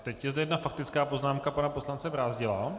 Teď je zde jedna faktická poznámka pana poslance Brázdila.